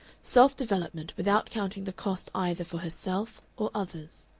self-development, without counting the cost either for herself or others.